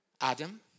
Adam